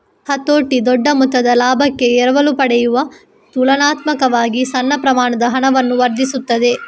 ಹತೋಟಿ ದೊಡ್ಡ ಮೊತ್ತದ ಲಾಭಕ್ಕೆ ಎರವಲು ಪಡೆಯುವ ತುಲನಾತ್ಮಕವಾಗಿ ಸಣ್ಣ ಪ್ರಮಾಣದ ಹಣವನ್ನು ವರ್ಧಿಸುತ್ತದೆ